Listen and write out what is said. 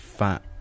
fat